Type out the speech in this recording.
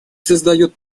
создает